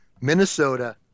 Minnesota